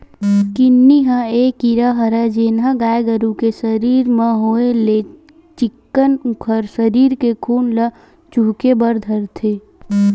किन्नी ह ये कीरा हरय जेनहा गाय गरु के सरीर म होय ले चिक्कन उखर सरीर के खून ल चुहके बर धरथे